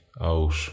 out